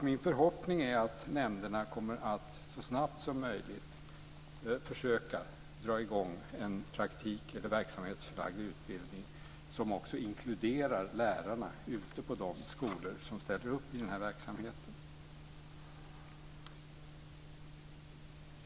Min förhoppning är att nämnderna så snabbt som möjligt försöker att dra i gång en verksamhetsförlagd utbildning som också inkluderar lärarna ute på de skolor som ställer upp i denna verksamhet.